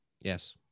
Yes